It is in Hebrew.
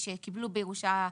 "חוק המקרקעין"